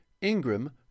Ingram